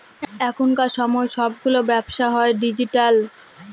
এখনকার সময় সবগুলো ব্যবসা হয় ডিজিটাল